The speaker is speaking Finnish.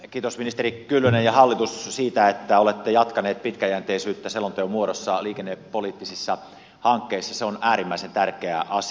kiitos ministeri kyllönen ja hallitus siitä että olette jatkaneet pitkäjänteisyyttä selonteon muodossa liikennepoliittisissa hankkeissa se on äärimmäisen tärkeä asia